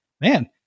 man